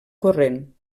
corrent